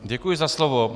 Děkuji za slovo.